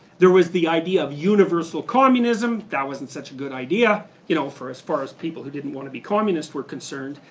there was the idea of universal communism, that wasn't such a good idea, you know for as far as people who didn't want to become communists were concerned.